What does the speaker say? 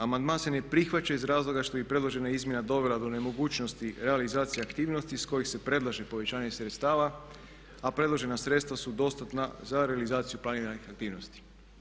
Amandman se ne prihvaća iz razloga što bi predložena izmjena dovela do nemogućnosti realizacije aktivnosti iz kojih se predlaže povećanje sredstava, a predložena sredstva su dostatna za realizaciju planiranih aktivnosti.